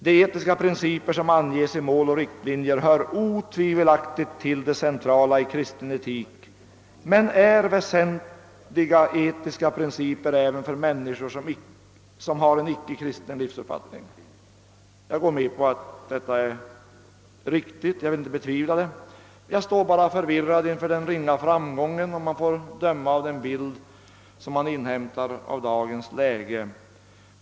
De etiska principer som anges i Mål och riktlinjer hör otvivelaktigt till det centrala i kristen etik men är väsentliga etiska principer även för människor som har en icke-kristen livsuppfattning.» Jag går med på att detta är riktigt; jag vill inte betvivla det. Jag står bara så förvirrad inför den ringa framgång man haft, att döma efter den bild som dagens samhälle uppvisar.